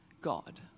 God